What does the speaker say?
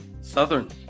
Southern